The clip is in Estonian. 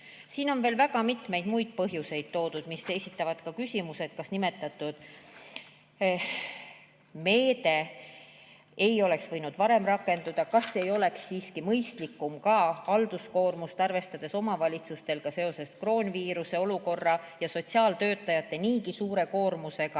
Siin on veel väga mitmeid põhjuseid toodud. Esitatakse küsimus, kas nimetatud meede ei oleks võinud varem rakenduda, kas ei oleks siiski mõistlikum, arvestades ka omavalitsuste halduskoormust seoses kroonviiruse olukorra ja sotsiaaltöötajate niigi suure koormusega,